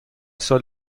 سال